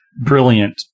brilliant